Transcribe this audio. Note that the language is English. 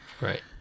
right